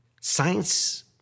science